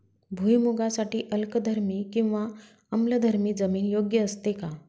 भुईमूगासाठी अल्कधर्मी किंवा आम्लधर्मी जमीन योग्य असते का?